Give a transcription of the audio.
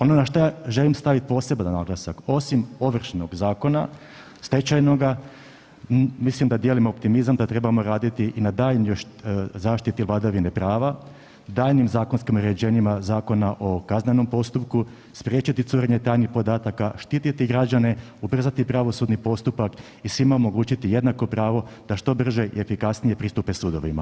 Ono na šta želim stavit poseban naglasak, osim Ovršnog zakona, stečajnoga, mislim da dijelim optimizam da trebamo raditi i na daljnjoj zaštiti vladavine prava, daljnjim zakonskim uređenjima Zakona o kaznenom postupku, spriječiti curenje tajnih podataka, štititi građane, ubrzati pravosudni postupak i svima omogućiti jednako pravo da što brže i efikasnije pristupe sudovima.